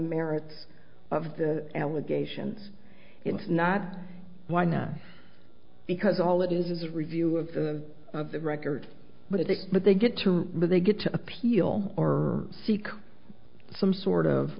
merits of the allegations it's not why not because all it is is review of the of the record but a dick but they get to that they get to appeal or seek some sort of